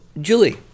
Julie